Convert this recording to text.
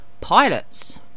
Pilots